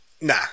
Nah